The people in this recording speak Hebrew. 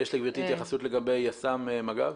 יש לגברתי התייחסות לגבי יס"מ ומג"ב?